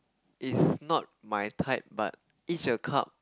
it's not my type but Each-a-Cup